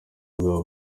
ubwabo